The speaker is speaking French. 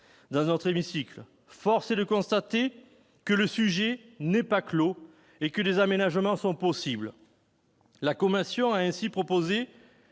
dans notre hémicycle. Force est de constater que le dossier n'est pas clos et que des aménagements sont possibles. La commission a ainsi proposé